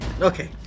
okay